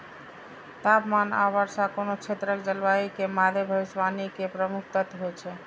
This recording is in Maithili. तापमान आ वर्षा कोनो क्षेत्रक जलवायु के मादे भविष्यवाणी के प्रमुख तत्व होइ छै